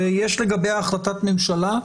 ויש לגביה החלטת ממשלה,